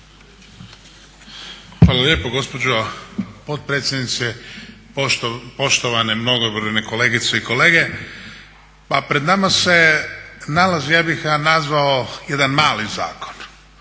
Hvala lijepo gospođo potpredsjednice. Poštovane mnogobrojne kolegice i kolege pa pred nama se nalazi ja bih ga nazvao jedan mali zakon,